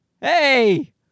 Hey